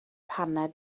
paned